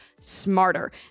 smarter